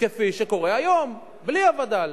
כפי שקורה היום בלי הווד"ל.